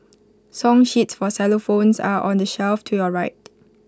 song sheets for xylophones are on the shelf to your right